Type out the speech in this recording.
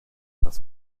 was